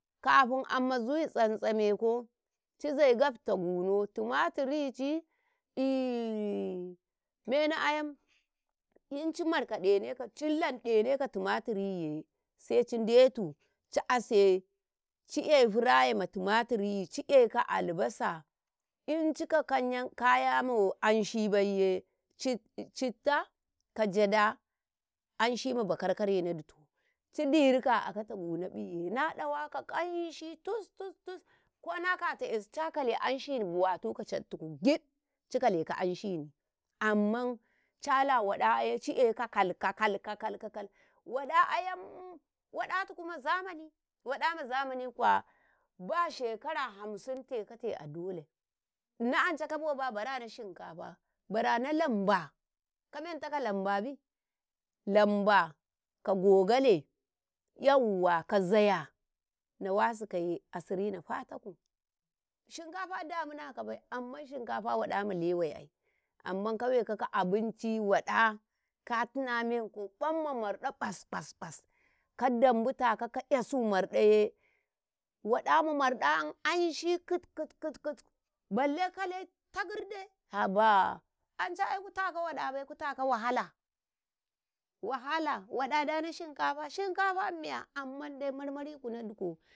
Kafin amma zuyi tsam tsamekao cize gabta guno tumatirici mena ayam inci markadeneko ci landeneke timatiriye sai cidetu ci ase cie fiyin matima tiryi cie ka albasa incika kauyan kaya ma anshibaiye citta ka gyaɗa anshi ma bakar-kare na disu cidari ka a akata gunoƃiye na ɗawa ka kanshi tus tus-tus konakata 'yasi ca kale anshii buwatuka cattuku gid cikaleka anshini amman cala waɗaye ci'e kakal-kakal, kakal-kakal waɗa ayam waɗatuku ma zamani, waɗa ma zamani kuwa ba shekara hamsim tekate a dole Nnau anca kabo barana shinkafa, barana lamba, kamentaka lambabi, lamba ka gogale yauwa ka zaya, nawasuye asirinau fatakau, shinkafa damina kabai amman shinkafa waɗama lewe'ai amman kawe kaka abinci, waɗa ka tuna meku ƃamma marɗau ƃas-ƃas-ƃas ka damibutakau marɗa'am anshi kit-kit-kit-kit balle kale tagirde haba ance ai kutaka waɗabai kutaka wahala, wahala waɗa dana shinkafa, shinkafa ma miya ammandai marmariku naduku.